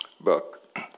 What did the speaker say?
book